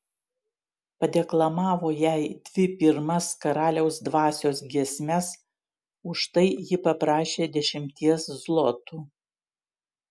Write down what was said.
padeklamavo jai dvi pirmas karaliaus dvasios giesmes už tai ji paprašė dešimties zlotų